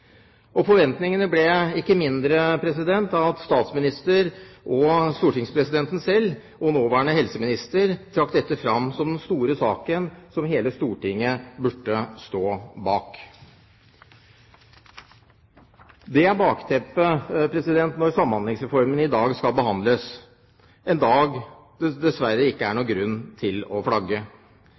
omsorgskomiteen. Forventningene ble ikke mindre av at statsminister, stortingspresidenten selv og nåværende helseminister trakk dette fram som den store saken som hele Stortinget burde stå bak. Det er bakteppet når Samhandlingsreformen i dag skal behandles – en dag det dessverre ikke er noen grunn til å flagge.